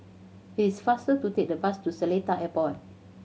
it is faster to take the bus to Seletar Airport